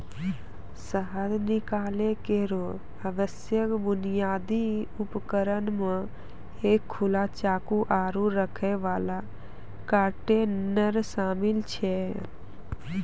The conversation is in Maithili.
शहद निकालै केरो आवश्यक बुनियादी उपकरण म एक खुला चाकू, आरु रखै वाला कंटेनर शामिल छै